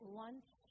lunch